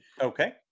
Okay